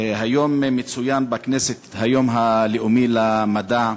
היום מצוין בכנסת היום הלאומי למדע,